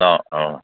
অঁ অঁ